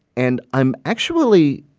and i'm actually